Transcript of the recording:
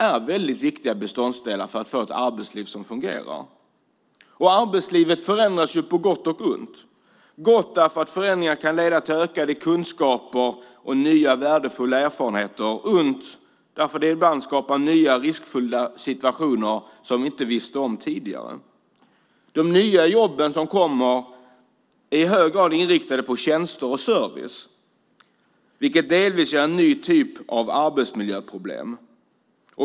Det är väldigt viktiga beståndsdelar för att få ett arbetsliv som fungerar. Arbetslivet förändras på gott och ont. Det är gott därför att förändringar kan leda till ökade kunskaper och värdefulla erfarenheter. Det är ont därför att det ibland skapar riskfyllda situationer som vi inte visste om tidigare. De nya jobben som kommer är i hög grad inriktade på tjänster och service. Det ger delvis en ny typ av arbetsmiljöproblem.